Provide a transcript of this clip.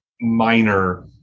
minor